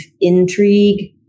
intrigue